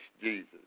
Jesus